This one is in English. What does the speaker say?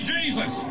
Jesus